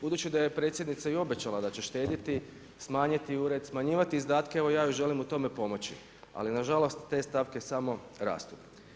Budući da je predsjednica i obećala da će štedjeti, smanjiti ured, smanjivati izdatke, evo ja joj želim u tome pomoći, ali nažalost te stavke smo rastu.